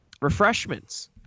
refreshments